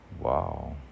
Wow